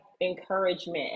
encouragement